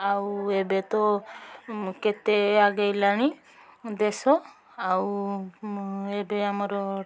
ଆଉ ଏବେ ତ କେତେ ଆଗେଇଲାଣି ଦେଶ ଆଉ ଏବେ ଆମର